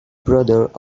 brother